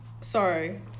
Sorry